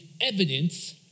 evidence